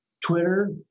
Twitter